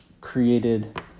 created